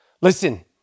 Listen